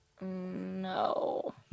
No